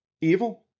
evil